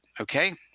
okay